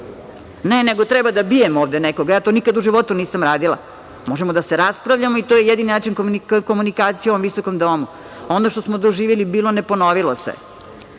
Ne, nego treba da bijemo ovde nekoga. Ja to nikad u životu nisam radila. Možemo da se raspravljamo i to je jedini način komunikacije u ovom visokom domu. Ono što smo doživeli, bilo – ne ponovilo se. Kad